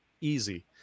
easy